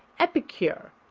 epicure,